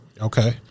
Okay